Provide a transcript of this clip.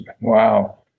wow